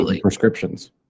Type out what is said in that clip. prescriptions